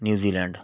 New Zealand